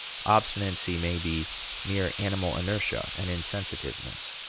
obstinacy may be mere animal inertia and insensitiveness.